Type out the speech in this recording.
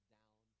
down